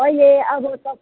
अहिले अब